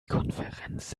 konferenz